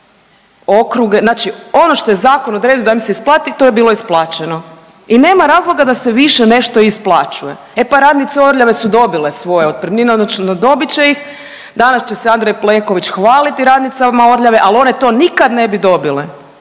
znači ono što je zakon odredio da im se isplati to je bilo isplaćeno i nema razloga da se više nešto isplaćuje. E pa radnice Orljave su dobile svoje otpremnine, odnosno dobit će ih. Danas će se Andrej Plenković hvaliti radnicama Orljave, ali one to nikad ne bi dobile